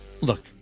Look